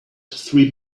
three